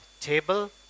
table